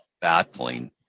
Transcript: battling